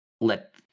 let